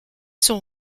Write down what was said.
sont